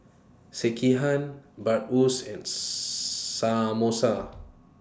Sekihan Bratwurst and Samosa